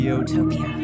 Utopia